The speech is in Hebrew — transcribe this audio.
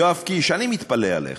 יואב קיש, אני מתפלא עליך.